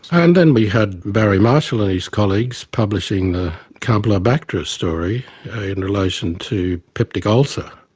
and then we had barry marshall and his colleagues publishing the campylobacter story in relation to peptic ulcer.